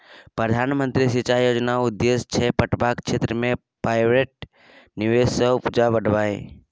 प्रधानमंत्री सिंचाई योजनाक उद्देश्य छै पटेबाक क्षेत्र मे प्राइवेट निबेश सँ उपजा बढ़ेनाइ